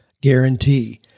guarantee